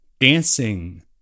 dancing